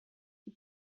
die